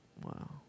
Wow